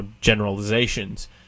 generalizations